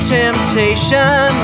temptation